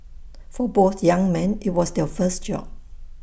for both young men IT was their first job